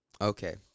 Okay